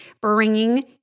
bringing